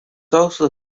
also